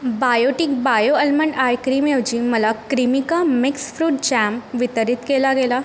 Biotique bio almond ice क्रीमऐवजी मला क्रीमिका मिक्स फ्रूट जॅम वितरित केला गेला